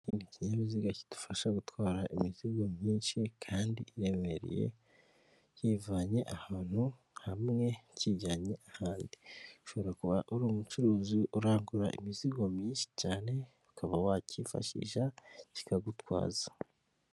Iki ni ikinyabiziga kidufasha gutwara imizigo myinshi kandi iremereye, kiyivanye ahantu hamwe kiyijyanye ahandi. Ushobora kuba uri umucuruzi urangura imizigo myinshi cyane, ukaba wacyifashisha kikagutwaza.